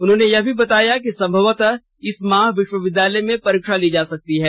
उन्होंने यह भी बताया कि संभवतः इस माह विश्वविद्यालय में परीक्षा ली जा सकती है